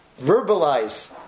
verbalize